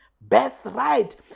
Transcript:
birthright